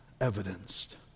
evidenced